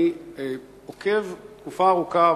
אני עוקב תקופה ארוכה